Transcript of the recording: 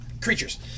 creatures